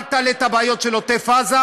אל תעלה את הבעיות של עוטף-עזה,